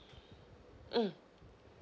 mm